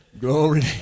Glory